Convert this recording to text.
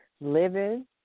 Living